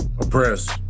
Oppressed